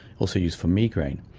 also used for migraine.